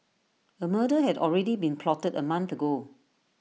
A murder had already been plotted A month ago